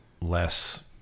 less